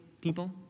people